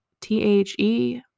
T-H-E